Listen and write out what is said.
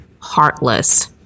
heartless